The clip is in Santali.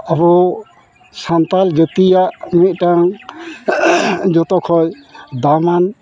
ᱟᱵᱚ ᱥᱟᱱᱛᱟᱲ ᱡᱟᱹᱛᱤᱭᱟᱜ ᱢᱤᱫᱴᱟᱝ ᱡᱚᱛᱚᱠᱷᱚᱡ ᱫᱟᱢᱼᱟᱱ